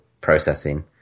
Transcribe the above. processing